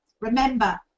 Remember